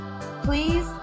please